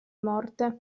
morte